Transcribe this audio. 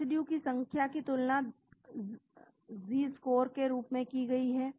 residue की संख्या की तुलना Z स्कोर के रूप में की गई है